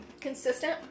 consistent